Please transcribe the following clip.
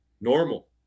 normal